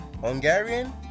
Hungarian